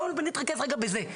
בוא נתרכז רגע בזה.